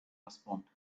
responded